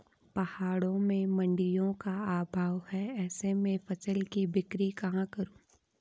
पहाड़ों में मडिंयों का अभाव है ऐसे में फसल की बिक्री कहाँ करूँ?